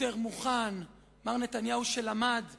יותר מוכן, מר נתניהו שלמד והשתנה.